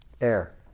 air